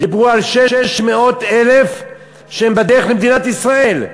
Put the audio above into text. דיברו על 600,000 שהם בדרך למדינת ישראל,